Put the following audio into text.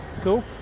cool